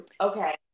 Okay